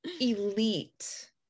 elite